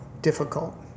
Difficult